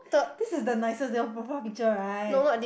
these are the nicest your profile picture right